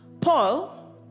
Paul